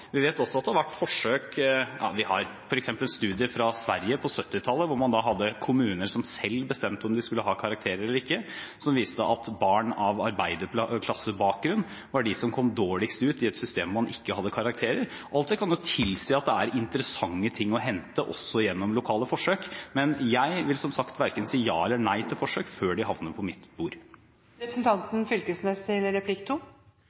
Vi har f.eks. en studie fra Sverige på 1970-tallet, hvor man hadde kommuner som selv bestemte om de skulle ha karakterer eller ikke, som viste at barn med arbeiderklassebakgrunn kom dårligst ut i et system hvor man ikke hadde karakterer. Alt det kan tilsi at det er interessante ting å hente også gjennom lokale forsøk. Men jeg vil som sagt verken si ja eller nei til forsøk før de havner på mitt bord. Representanten Fylkesnes får ordet til en replikk